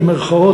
במירכאות,